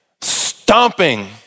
stomping